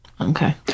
Okay